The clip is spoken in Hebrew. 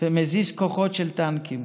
ומזיז כוחות של טנקים,